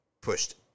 pushed